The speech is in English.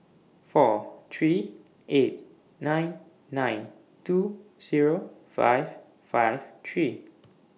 four three eight nine nine two Zero five five three